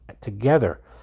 together